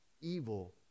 evil